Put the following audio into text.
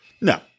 No